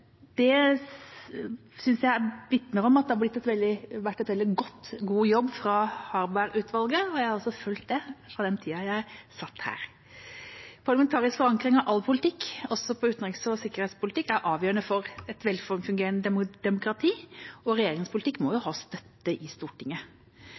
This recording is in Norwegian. Det synes jeg vitner om at det har vært gjort en veldig god jobb fra Harberg-utvalget, og jeg har også fulgt det fra den tida jeg satt her. Parlamentarisk forankring av all politikk, også i utenriks- og sikkerhetspolitikken, er avgjørende for et velfungerende demokrati, og regjeringas politikk må jo